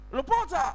Reporter